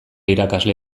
irakasle